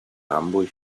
hamburg